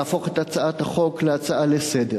להפוך את הצעת החוק להצעה לסדר-היום.